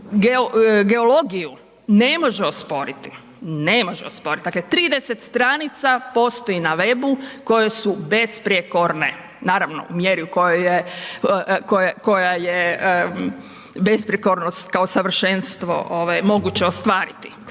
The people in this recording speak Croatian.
osporiti, ne može osporiti. Dakle, 30 stranica postoji na web-u koje su besprijekorne naravno u mjeri u kojoj je, koja je besprijekornost kao savršenstvo ovaj moguće ostvariti.